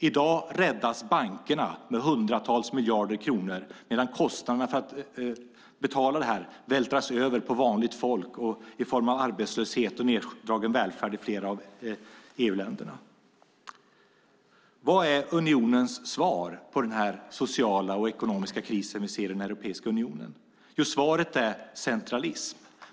I dag räddas bankerna med hundratals miljarder kronor medan kostnaderna för det vältras över på vanligt folk i form av arbetslöshet och neddragen välfärd i flera EU-länder. Vad är unionens svar på den sociala och ekonomiska kris vi ser i Europeiska unionen? Jo, svaret är centralism.